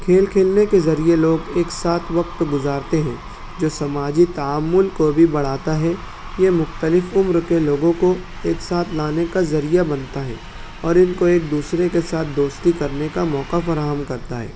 کھیل کھیلنے کے ذریعے لوگ ایک ساتھ وقت گزارتے ہیں جو سماجی تعامل کو بھی بڑھاتا ہے یہ مختلف عمر کے لوگوں کو ایک ساتھ لانے کا ذریعہ بنتا ہے اور ان کو ایک دوسرے کے ساتھ دوستی کرنے کا موقع فراہم کرتا ہے